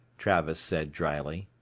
travis said drily.